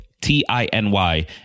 T-I-N-Y